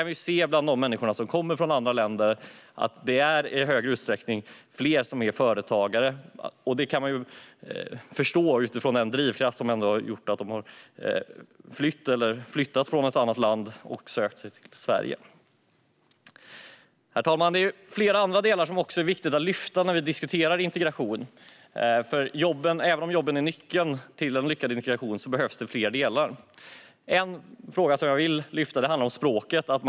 Vi ser bland de människor som kommer från andra länder att fler är företagare, vilket man kan förstå med tanke på den drivkraft som har gjort att de har flytt eller flyttat från ett annat land och sökt sig till Sverige. Herr talman! Flera andra delar är viktiga att lyfta fram när vi diskuterar integration. Även om jobben är nyckeln till en lyckad integration behövs fler delar. En fråga jag vill ta upp handlar om språket.